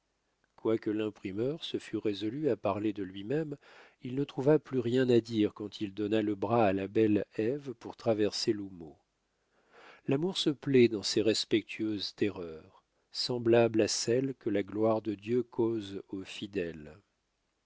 quoique l'imprimeur se fût résolu à parler de lui-même il ne trouva plus rien à dire quand il donna le bras à la belle ève pour traverser l'houmeau l'amour se plaît dans ces respectueuses terreurs semblables à celles que la gloire de dieu cause aux fidèles